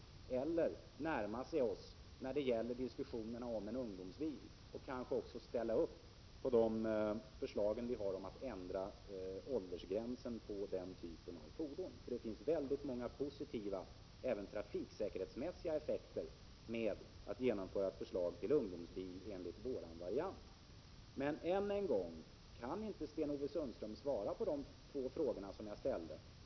I annat fall får han närma sig oss när det gäller diskussionerna om en ungdomsbil och kanske också ställa upp på det förslag vi har om att ändra åldersgränsen på den typen av fordon. Det finns väldigt många positiva effekter, även trafiksäkerhetsmässiga, med att genomföra ett förslag till ungdomsbil enligt vår variant. Än en gång undrar jag om Sten-Ove Sundström inte kan svara på de två frågor jag ställt.